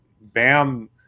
Bam